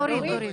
דורית.